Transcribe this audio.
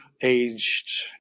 aged